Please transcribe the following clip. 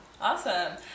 Awesome